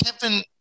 Kevin